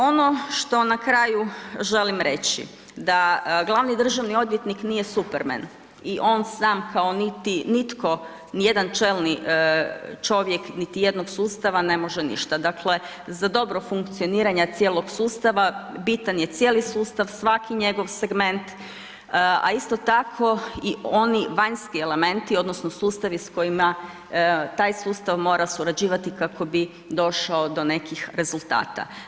Ono što na kraju želim reći da glavni državni odvjetnik nije Superman i on sam kao niti nitko nijedan čelni čovjek niti jednog sustava ne može ništa, dakle za dobro funkcioniranja cijelog sustava bitan je cijeli sustav, svaki njegov segment, a isto tako i oni vanjski elementi odnosno sustavi s kojima taj sustav mora surađivati kako bi došao do nekih rezultata.